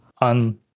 on